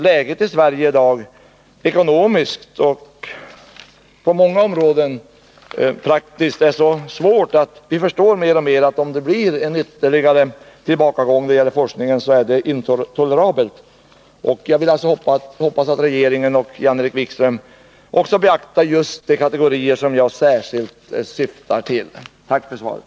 Läget i Sverige i dag, både ekonomiskt och i många andra hänseenden, är så svårt att vi mer och mer förstår att en ytterligare tillbakagång när det gäller forskningen inte är tolerabel. Jag hoppas därför att regeringen och Jan-Erik Wikström skall beakta just de kategorier som jag särskilt åsyftar. Tack för svaret.